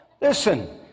Listen